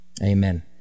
Amen